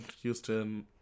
Houston